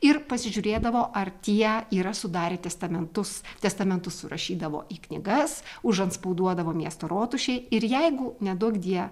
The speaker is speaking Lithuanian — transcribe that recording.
ir pasižiūrėdavo ar tie yra sudarę testamentus testamentus surašydavo į knygas užantspauduodavo miesto rotušėj ir jeigu neduokdie